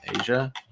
Asia